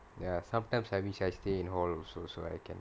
ya sometimes I wish I stay in hall also so I can